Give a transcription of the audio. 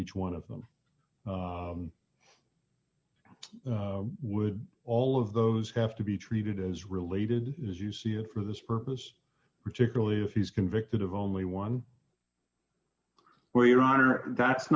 each one of them would all of those have to be treated as related as you see it for this purpose particularly if he's convicted of only one well your honor that's